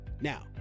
Now